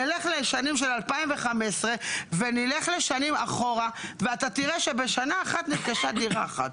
נלך לשנים של 2015 ונלך שנים אחורה ואתה תראה שבשנה אחת נרכשה דירה אחת.